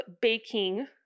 baking